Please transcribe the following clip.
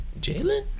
Jalen